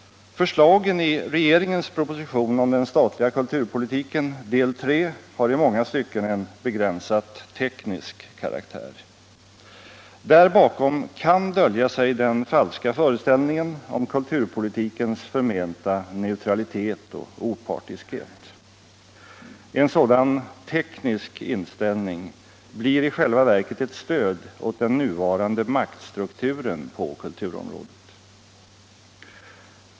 Förslagen i regeringens proposition om den statliga kulturpolitiken, del 3, har i många stycken en begränsat teknisk karaktär. Där bakom kan dölja sig den falska föreställningen om kulhurpolitikens förmenta neutralitet och opartiskhet. En sådan ”teknisk” inställning blir i själva verket ett stöd åt den nuvarande maktstrukturen på kulturområdet.